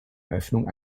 eröffnung